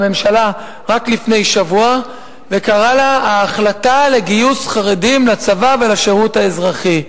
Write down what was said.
לממשלה רק לפני שבוע וקרא לה ההחלטה לגיוס חרדים לצבא ולשירות האזרחי.